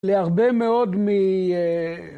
להרבה מאוד מ...